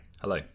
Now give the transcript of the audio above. Hello